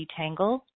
detangle